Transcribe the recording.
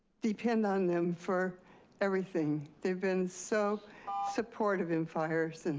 depend on them for everything. they've been so supportive in fires,